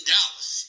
Dallas